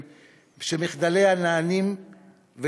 דרך סגן שר המפרסם מידע חסוי ללא אישור או היגיון.